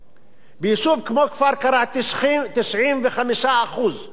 ביישוב כמו כפר-קרע 95% מהתחבורה